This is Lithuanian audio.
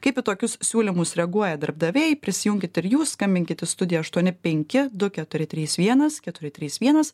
kaip į tokius siūlymus reaguoja darbdaviai prisijunkit ir jūs skambinkit į studiją aštuoni penki du keturi trys vienas keturi trys vienas